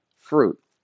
fruit